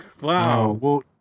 Wow